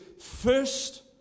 first